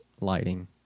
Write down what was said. lighting